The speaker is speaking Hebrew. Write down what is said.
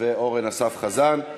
ואורן אסף חזן.